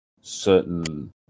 certain